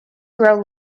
grow